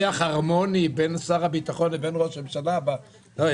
אבל לדבר על שיח הרמוני בין שר הביטחון לבין ראש הממשלה לא,